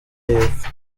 y’epfo